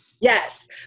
Yes